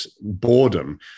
boredom